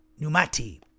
numati